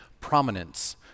prominence